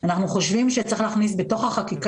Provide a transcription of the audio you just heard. אנחנו חושבים שצריך להכניס בתוך החקיקה,